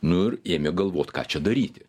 nu ėmė galvot ką čia daryti